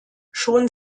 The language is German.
schon